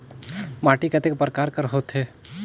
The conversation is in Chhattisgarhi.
माटी कतेक परकार कर होथे?